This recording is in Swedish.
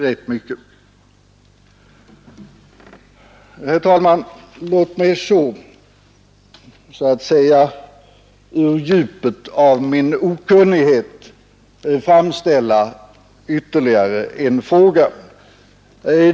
Låt mig så att säga ur djupet av min okunnighet framställa ytterligare en fråga.